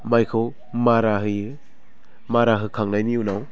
माइखौ मारा होयो मारा होखांनायनि उनाव